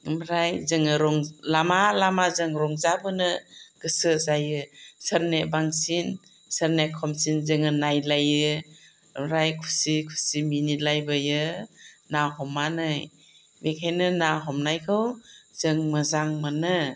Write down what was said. ओमफ्राय जोङो लामा लामा जों रंजाबोनो गोसो जायो सोरनि बांसिन सोरनि खमसिन जोङो नायलायो ओमफ्राय खुसि खुसि मिनिलायबोयो ना हमनानै बेनिखायनो ना हमनायखौ जोंं मोजां मोनो